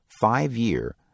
five-year